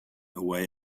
away